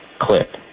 clip